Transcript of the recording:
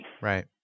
Right